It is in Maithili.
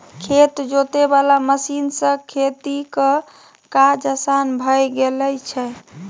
खेत जोते वाला मशीन सँ खेतीक काज असान भए गेल छै